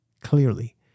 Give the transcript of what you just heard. clearly